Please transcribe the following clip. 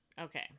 Okay